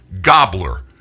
gobbler